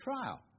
trial